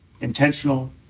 intentional